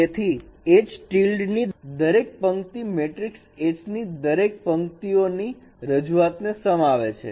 તેથી h ની દરેક પંક્તિ મેટ્રિક્સ h ની દરેક પંક્તિઓની રજૂઆતને સમાવે છે